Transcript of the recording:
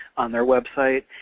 on their website,